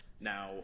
now